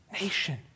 nation